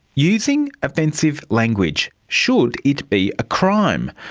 using offensive language should it be a crime?